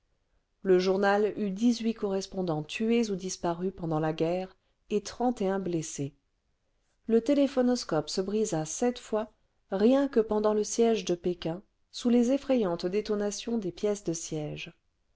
le journal eut dix-huit correspondants tués ou disparus pendant la guerre et trente et un blessés le téléphonoscope se brisa sept fois rien que les parisiens assistarrpf le téléphonoscope aux horreurs du sac de pékin le vingtième siècle pendant le siège de pékin sous les effrayantes détonations des pièces de siège